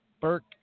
Burke